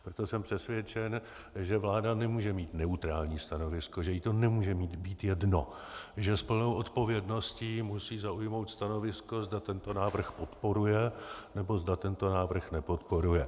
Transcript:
Proto jsem přesvědčen, že vláda nemůže mít neutrální stanovisko, že jí to nemůže být jedno, že s plnou odpovědností musí zaujmout stanovisko, zda tento návrh podporuje, nebo zda tento návrh nepodporuje.